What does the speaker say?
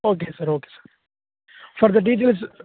okay sir okay sir further details